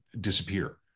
disappear